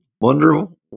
wonderful